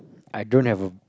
I don't have a